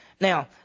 Now